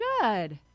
Good